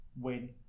win